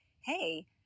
Hey